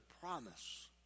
promise